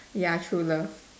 ya true love